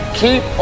keep